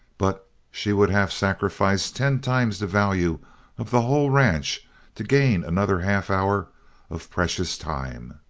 but she would have sacrificed ten times the value of the whole ranch to gain another half hour of precious time.